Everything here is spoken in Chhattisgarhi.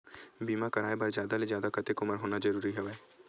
बीमा कराय बर जादा ले जादा कतेक उमर होना जरूरी हवय?